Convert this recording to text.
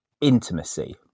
intimacy